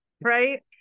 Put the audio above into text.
right